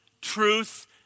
Truth